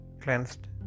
cleansed